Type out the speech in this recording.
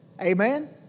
Amen